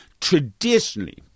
Traditionally